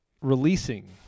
releasing